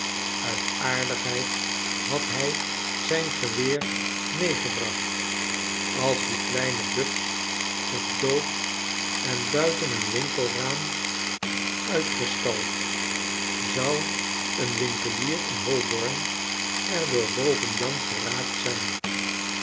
uit aardigheidhad hij zijn geweer meegebracht als die kleine buks gedoopt en buiten een winkelraam uitgestald zou een winkelier in h o b o r n er door boven jan geraakt zijn